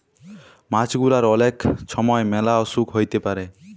মাছ গুলার অলেক ছময় ম্যালা অসুখ হ্যইতে পারে